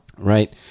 Right